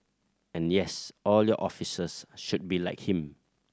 and yes all your officers should be like him